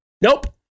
Nope